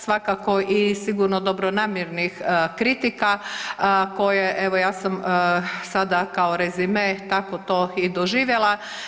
Svakako i sigurno dobronamjernih kritika koje evo ja sam sada kao rezime tako to i doživjela.